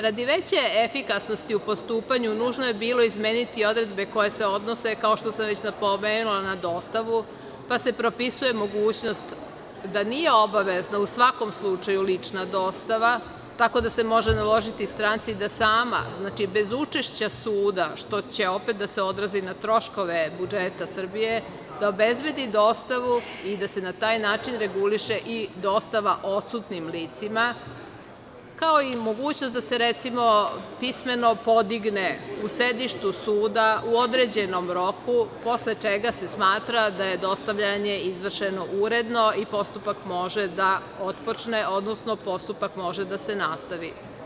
Radi veće efikasnosti u postupanju nužno je bilo izmeniti odredbe koje se odnose, kao što sam već napomenula na dostavu, pa se propisuje mogućnost da nije obavezna u svakom slučaju lična dostava, tako da se može naložiti stranci da sama, znači bez učešća suda, što će opet da se odrazi na troškove budžeta Srbije, da obezbedi dostavu i da se na taj način reguliše i dostava odsutnim licima, kao i mogućnost da se recimo, pismeno podigne u sedištu suda u određenom roku posle čega se smatra da je dostavljanje izvršeno uredno i postupak može da otpočne odnosno postupak može da se nastavi.